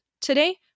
Today